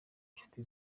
inshuti